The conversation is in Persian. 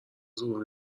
زور